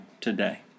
today